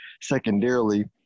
Secondarily